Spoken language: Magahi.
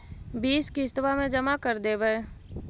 बिस किस्तवा मे जमा कर देवै?